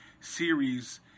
series